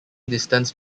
distance